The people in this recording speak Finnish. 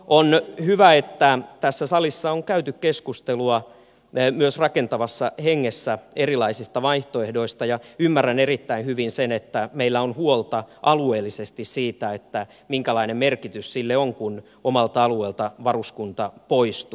on hyvä että tässä salissa on käyty keskustelua myös rakentavassa hengessä erilaisista vaihtoehdoista ja ymmärrän erittäin hyvin sen että meillä on huolta alueellisesti siitä minkälainen merkitys sillä on kun omalta alueelta varuskunta poistuu